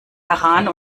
heran